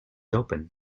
open